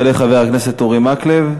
יעלה חבר הכנסת אורי מקלב,